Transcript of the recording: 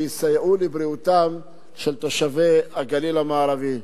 שיסייעו לבריאותם של תושבי הגליל המערבי.